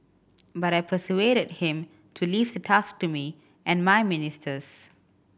but I persuaded him to leave the task to me and my ministers